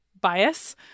bias